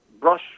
brush